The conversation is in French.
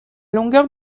longueur